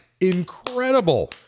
incredible